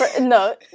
No